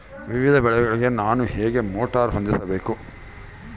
ವಿವಿಧ ಬೆಳೆಗಳಿಗೆ ನಾನು ಹೇಗೆ ಮೋಟಾರ್ ಹೊಂದಿಸಬೇಕು?